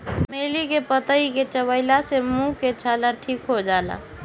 चमेली के पतइ के चबइला से मुंह के छाला ठीक हो जाला